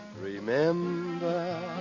Remember